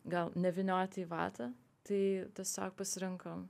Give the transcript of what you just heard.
gal nevynioti į vatą tai tiesiog pasirinkom